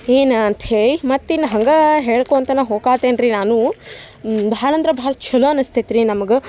ಏನು ಅಂತ ಹೇಳಿ ಮತ್ತಿನ್ನು ಹಂಗೇ ಹೇಳ್ಕೊತನ ಹೋಕ್ಕಾತೇನೆ ರಿ ನಾನೂ ಬಹಳ ಅಂದ್ರೆ ಭಾಳ ಛಲೊ ಅನಿಸ್ತೈತ್ರಿ ನಮಗೂ